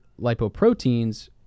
lipoproteins